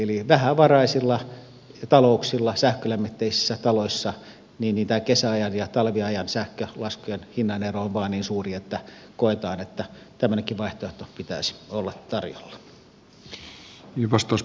eli vähävaraisilla talouksilla sähkölämmitteisissä taloissa kesäajan ja talviajan sähkölaskujen hinnanero on vain niin suuri että koetaan että tämmöisenkin vaihtoehdon pitäisi olla tarjolla